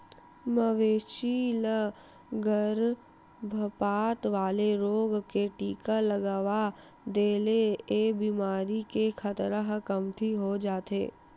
मवेशी ल गरभपात वाला रोग के टीका लगवा दे ले ए बेमारी के खतरा ह कमती हो जाथे